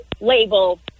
label